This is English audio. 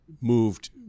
moved